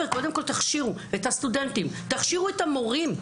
קודם כל תכשירו את הסטודנטים, תכשירו את המורים.